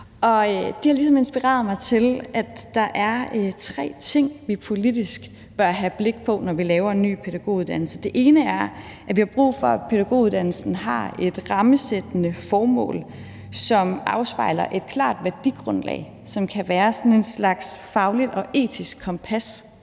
ligesom inspireret mig til at sige, at der er tre ting, vi politisk bør have blik for, når vi laver en ny pædagoguddannelse. Det ene er, at vi har brug for, at pædagoguddannelsen har et rammesættende formål, som afspejler et klart værdigrundlag, som kan være sådan en slags fagligt og etisk kompas